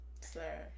sir